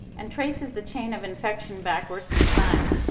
and traces the chain of infection backwards in time.